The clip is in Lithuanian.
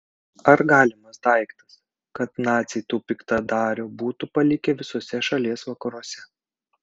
ar galimas daiktas kad naciai tų piktadarių būtų palikę visuose šalies vakaruose